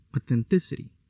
authenticity